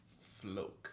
float